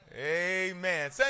Amen